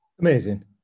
Amazing